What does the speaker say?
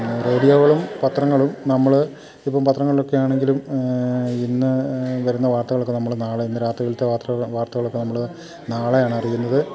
റേഡിയോകളും പത്രങ്ങളും നമ്മള് ഇപ്പം പത്രങ്ങൾലൊക്കെ ആണെങ്കിലും ഇന്ന് വരുന്ന വാർത്തകളൊക്കെ നമ്മള് നാളെ ഇന്ന് രാത്രിയിലത്തെ വാർത്തകളൊക്കെ നമ്മള് നാളെയാണ് അറിയുന്നത്